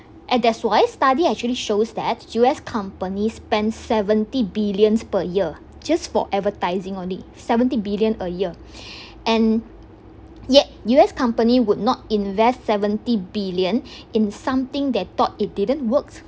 and that's why study actually shows that U_S companies spend seventy billion per year just for advertising only seventy billion a year and yet U_S company would not invest seventy billion in something that thought it didn't works